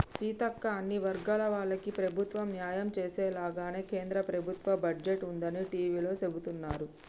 సీతక్క అన్ని వర్గాల వాళ్లకి ప్రభుత్వం న్యాయం చేసేలాగానే కేంద్ర ప్రభుత్వ బడ్జెట్ ఉందని టివీలో సెబుతున్నారు